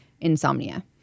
insomnia